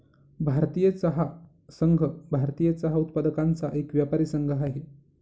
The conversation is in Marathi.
भारतीय चहा संघ, भारतीय चहा उत्पादकांचा एक व्यापारी संघ आहे